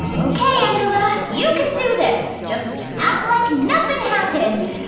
ah okay angela, you can do this. just act like nothin' happened.